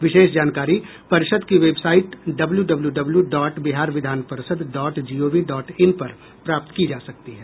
विशेष जानकारी परिषद की website W W W dot Bihar Vidhan Parishad dot G O V dot in पर प्राप्त की जा सकती है